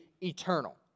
eternal